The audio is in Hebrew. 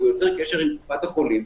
ויוצר קשר עם קופת החולים,